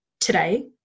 Today